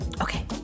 Okay